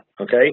okay